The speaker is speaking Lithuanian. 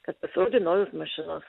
kad pasirodė naujos mašinos